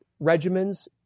regimens